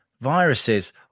viruses